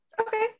Okay